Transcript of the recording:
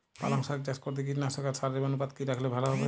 পালং শাক চাষ করতে কীটনাশক আর সারের অনুপাত কি রাখলে ভালো হবে?